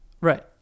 Right